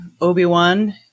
Obi-Wan